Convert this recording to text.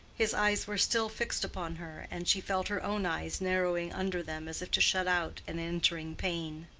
his eyes were still fixed upon her, and she felt her own eyes narrowing under them as if to shut out an entering pain.